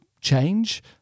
change